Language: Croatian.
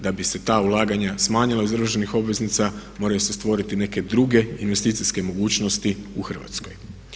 Da bi se ta ulaganja smanjila iz državnih obveznica moraju se stvoriti neke druge investicijske mogućnosti u Hrvatskoj.